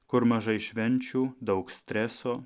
kur mažai švenčių daug streso